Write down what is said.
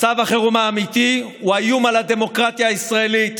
מצב החירום האמיתי הוא האיום על הדמוקרטיה הישראלית,